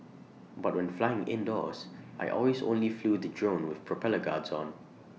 but when flying indoors I always only flew the drone with propeller guards on